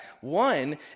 One